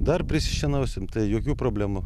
dar prisišienausim jokių problemų